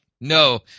No